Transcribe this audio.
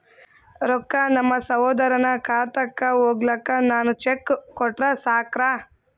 ರೊಕ್ಕ ನಮ್ಮಸಹೋದರನ ಖಾತಕ್ಕ ಹೋಗ್ಲಾಕ್ಕ ನಾನು ಚೆಕ್ ಕೊಟ್ರ ಸಾಕ್ರ?